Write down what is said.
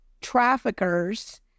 traffickers